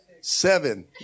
seven